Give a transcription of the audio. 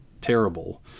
terrible